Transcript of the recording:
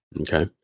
Okay